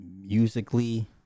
musically